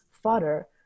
fodder